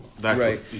Right